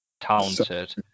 talented